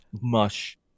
mush